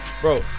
bro